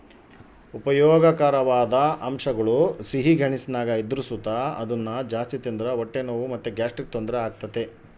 ಉಪಯೋಗಕಾರವಾದ ಅಂಶಗುಳು ಸಿಹಿ ಗೆಣಸಿನಾಗ ಇದ್ರು ಸುತ ಅದುನ್ನ ಜಾಸ್ತಿ ತಿಂದ್ರ ಹೊಟ್ಟೆ ನೋವು ಮತ್ತೆ ಗ್ಯಾಸ್ಟ್ರಿಕ್ ತೊಂದರೆ ಆಗ್ತತೆ